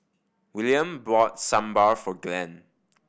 Willaim bought Sambar for Glenn